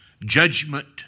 judgment